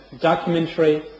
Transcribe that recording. documentary